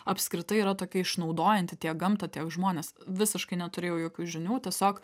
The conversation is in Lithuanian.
apskritai yra tokia išnaudojanti tiek gamtą tiek žmones visiškai neturėjau jokių žinių tiesiog